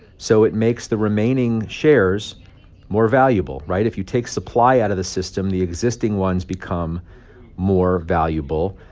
so it makes the remaining shares more valuable. right? if you take supply out of the system, the existing ones become more valuable,